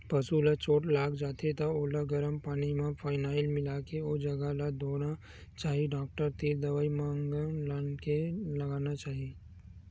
पसु ल चोट लाग जाथे त ओला गरम पानी म फिनाईल मिलाके ओ जघा ल धोना चाही डॉक्टर तीर दवई मलहम लानके लगाना चाही